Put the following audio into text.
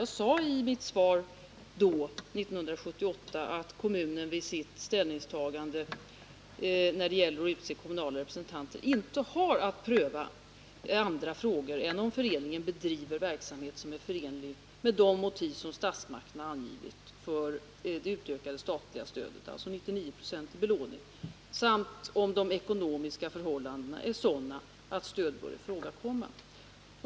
Jag sade i mitt svar 1978 att kommunen vid sitt ställningstagande när det gäller att utse kommunala representanter inte har att pröva andra frågor än huruvida föreningen bedriver verksamhet som är förenlig med de motiv som statsmakten angivit för det utökade statliga stödet i form av 99 96 belåning och huruvida de ekonomiska förhållandena är sådana att stöd bör ifrågakomma.